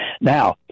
now